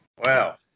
Wow